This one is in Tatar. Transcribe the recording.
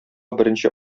беренче